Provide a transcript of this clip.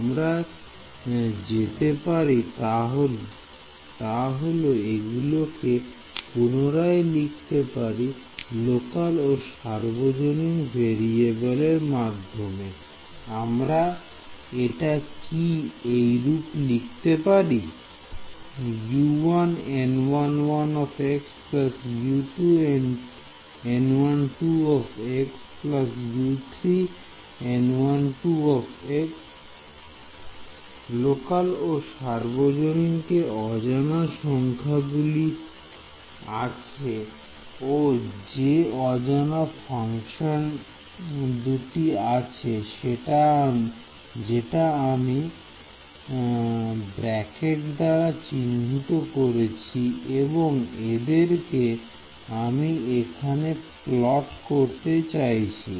আমরা যেতে পারি তা হল এইগুলো কে পুনরায় লিখতে পারি লোকাল ও সার্বজনীন ভেরিএবেল এর মাধ্যমে আমরা এটা কি এইরূপে লিখতে পারি লোকাল ও সর্বজনীন যে অজানা সংখ্যাগুলি আছে ও যে অজানা ফাংশন দুটি আছে যেটা আমি ব্র্যাকেট দ্বারা চিহ্নিত করেছি এবং এদেরকে আমি এখানে প্লোট করতে চাইছি